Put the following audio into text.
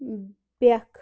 بٮ۪کھ